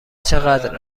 چقدر